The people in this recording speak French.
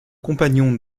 compagnon